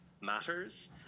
matters